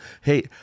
hey